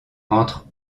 entre